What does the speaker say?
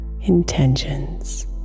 intentions